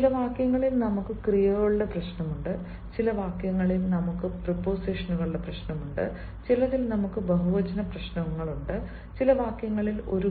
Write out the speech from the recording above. ചില വാക്യങ്ങളിൽ നമുക്ക് ക്രിയകളുടെ പ്രശ്നമുണ്ട് ചില വാക്യങ്ങളിൽ നമുക്ക് പ്രീപോസിഷനുകളുടെ പ്രശ്നമുണ്ട് ചിലതിൽ നമുക്ക് ബഹുവചന പ്രശ്നമുണ്ട് ചില വാക്യങ്ങളിൽ ഒരു